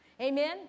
amen